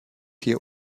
hier